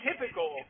typical